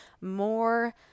more